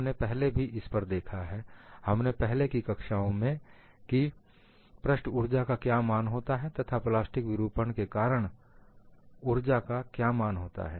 हमने पहले भी इस पर देखा है अपनी पहले की कक्षाओं में की पृष्ठ ऊर्जा का क्या मान होता है तथा प्लास्टिक विरूपण के कारण ऊर्जा का क्या मान होता है